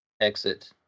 exit